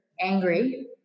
angry